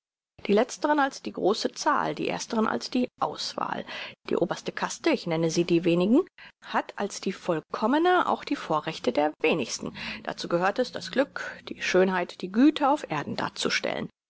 die letzteren als die große zahl die ersteren als die auswahl die oberste kaste ich nenne sie die wenigsten hat als die vollkommne auch die vorrechte der wenigsten dazu gehört es das glück die schönheit die güte auf erden darzustellen